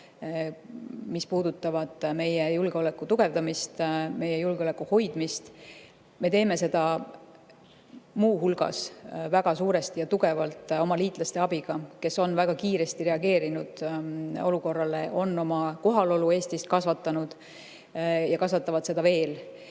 mis puudutavad meie julgeoleku tugevdamist ja hoidmist. Me teeme seda muu hulgas väga suuresti ja tugevalt oma liitlaste abiga, kes on väga kiiresti reageerinud olukorrale, on oma kohalolu Eestis kasvatanud ja kasvatavad seda veel.